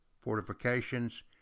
fortifications